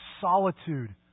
solitude